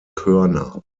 körner